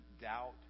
doubt